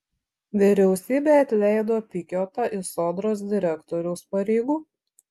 vyriausybė atleido pikiotą iš sodros direktoriaus pareigų